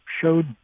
showed